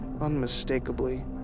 unmistakably